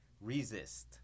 resist